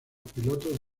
pilotos